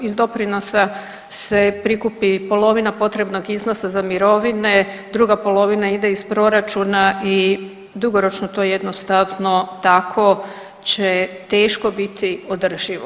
Iz doprinosa se prikupi polovina potrebnog iznosa za mirovine, druga polovina ide iz proračuna i dugoročno to jednostavno tako će teško biti održivo.